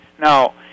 Now